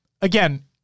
again